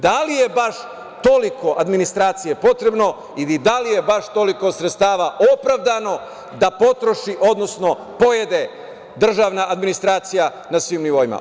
Da li je baš toliko administracije potrebno i da li je baš toliko sredstava opravdano da potroši, odnosno pojede državna administracija na svim nivoima?